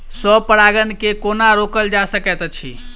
स्व परागण केँ कोना रोकल जा सकैत अछि?